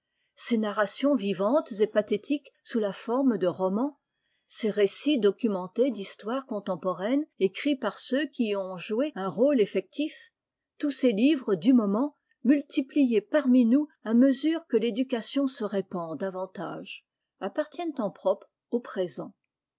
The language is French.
ces narrations vivantes et pathétiques sous la forme de roman ces récits documentés d'histoire contemporaine écrits par ceux qui y ont joué un rôle effectif tous ces livres du moment multipliés parmi nous à mesure que l'éducation se répand davantage appartiennent en propre au présent